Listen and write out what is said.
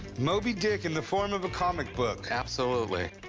moby dick in the form of a comic book. absolutely.